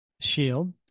shield